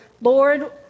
Lord